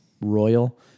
Royal